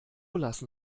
lassen